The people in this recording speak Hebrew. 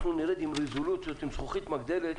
אנחנו נרד עם רזולוציות עם זכוכית מגדלת